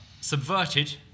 subverted